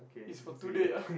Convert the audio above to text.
is for today ah